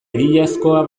egiazkoa